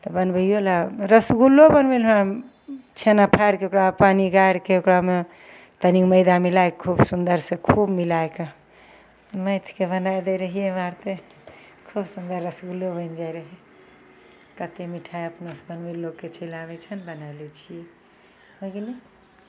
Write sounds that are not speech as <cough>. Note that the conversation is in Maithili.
तऽ बनबैयो लए रसगुल्लो बनबय <unintelligible> छेना फाड़ि कऽ ओकरा पानि गारिके ओकरामे तनि मैदा मिलाके खूब सुन्दरसँ खूब मिलाकऽ माथिके बना दै रहियै मारिते खूब सुन्दर रसगुल्लो बनि जाइ रहय कते मिठाइ अपनेसँ बनबय लोके चलि आबय छै ने बनाय लै छियै होइ गेलय